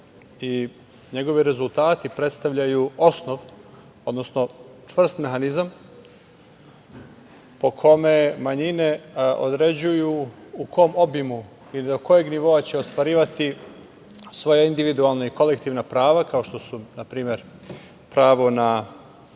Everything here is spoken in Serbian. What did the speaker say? i njegovi rezultati predstavljaju osnov, odnosno čvrst mehanizam po kome manjine određuju u kom obimu i do kojeg nivoa će ostvarivati svoja individualna i kolektivna prava, kao što su na primer pravo na